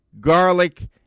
garlic